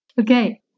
Okay